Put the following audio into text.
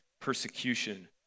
persecution